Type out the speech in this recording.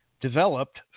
developed